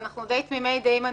אנחנו די תמימי דעים פה,